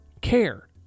care